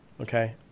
okay